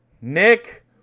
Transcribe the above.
Nick